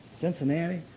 Cincinnati